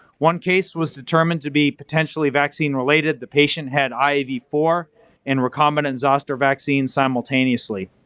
one case was determined to be potentially vaccine-related, the patient had i v four and recombinant zoster vaccine simultaneously.